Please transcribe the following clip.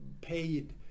paid